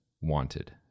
wanted